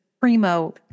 primo